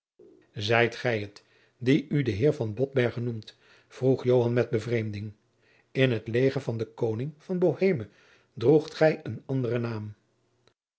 zijt gij het die u de heer van botbergen noemt vroeg joan met bevreemding in het leger van den koning van boheme droegt gij een anderen naam